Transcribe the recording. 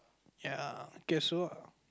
ya okay so